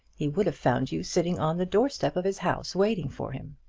he would have found you sitting on the door-step of his house waiting for him.